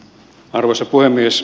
arvoisa puhemies